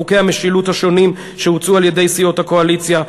בחוקי המשילות השונים שהוצעו על-ידי סיעות הקואליציה.